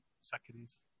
seconds